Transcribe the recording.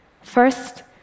First